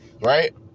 Right